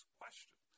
question